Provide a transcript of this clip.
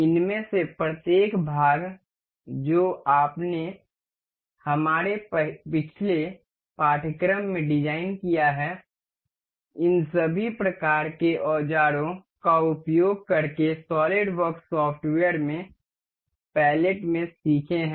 इनमें से प्रत्येक भाग जो आपने हमारे पिछले पाठ्यक्रम में डिजाइन किया है इन सभी प्रकार के औजारों का उपयोग करके सॉलिडवर्क्स सॉफ्टवेयर में पैलेट में सीखे हैं